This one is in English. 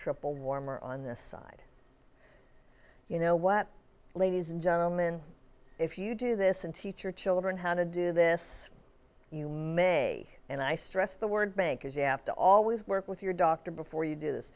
triple warmer on this side you know what ladies and gentlemen if you do this and teach your children how to do this you may and i stress the word bankers you have to always work with your doctor before you do this